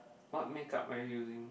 what make up are you using